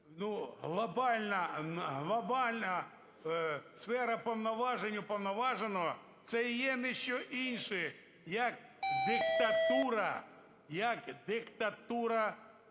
глобальна сфера повноважень уповноваженого це і є ніщо інше, як диктатура,